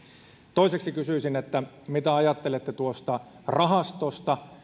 toiseksi kysyisin mitä ajattelette tuosta rahastosta